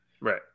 right